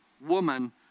woman